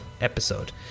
episode